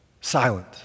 silent